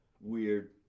weird